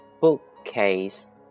bookcase